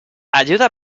ayuda